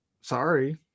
Sorry